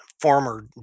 former